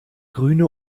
grüne